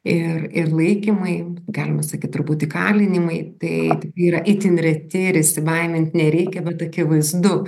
ir ir laikymai galima sakyt turbūt įkalinimai tai tai yra itin reti ir įsibaimint nereikia bet akivaizdu